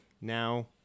now